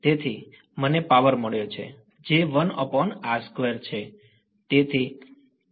તેથી મને પાવર મળ્યો છે જે છે